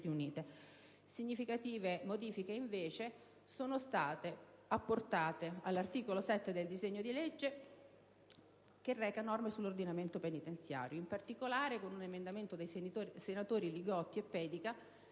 Significative modifiche, invece, sono state apportate all'articolo 7 del disegno di legge, recante norme sull'ordinamento penitenziario. In particolare, con un emendamento dei senatori Li Gotti e Pedica,